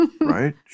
Right